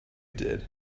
did